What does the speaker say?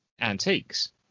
Antiques